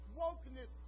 wokeness